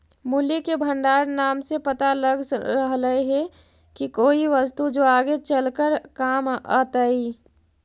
मूल्य के भंडार नाम से पता लग रहलई हे की कोई वस्तु जो आगे चलकर काम अतई